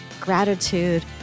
gratitude